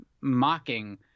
mocking